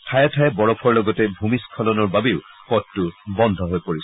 ঠায়ে ঠায়ে বৰফৰ লগতে ভূমিস্বলনৰ বাবেও পথটো বন্ধ হৈ পৰিছে